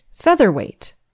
Featherweight